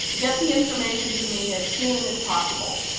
get the information to me as soon as possible.